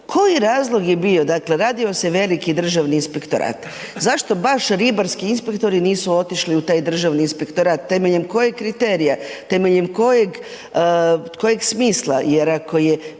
je razlog je bio, dakle radio se veliki Državni inspektorat, zašto baš ribarski inspektori nisu otišli u taj Državni inspektorat, temeljem kojeg kriterija? Temeljem kojeg smisla jer ako je